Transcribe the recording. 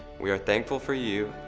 we are thankful for you,